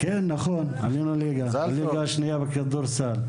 כן, נכון, עלינו לליגה השנייה בכדורסל.